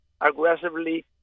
aggressively